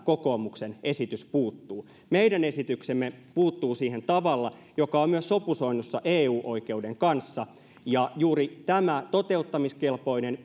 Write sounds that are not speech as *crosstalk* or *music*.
kokoomuksen esitys puuttuu meidän esityksemme puuttuu siihen tavalla joka on myös sopusoinnussa eu oikeuden kanssa ja juuri tämä toteuttamiskelpoinen *unintelligible*